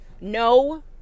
no